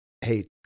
hey